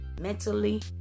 mentally